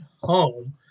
home